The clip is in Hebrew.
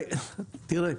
תראה,